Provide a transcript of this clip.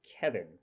kevin